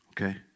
Okay